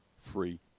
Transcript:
free